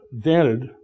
dented